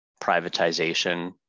privatization